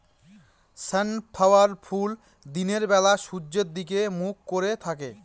sunflower ফুল দিনের বেলা সূর্যের দিকে মুখ করে থাকে